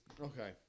okay